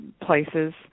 places